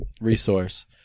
resource